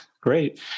Great